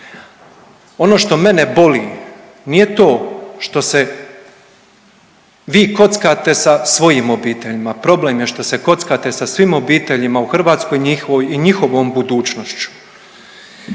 Ono što mene boli nije to što se vi kockate sa svojim obiteljima, problem je što se kockate sa svim obiteljima u Hrvatskoj i njihovom budućnošću.